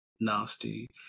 nasty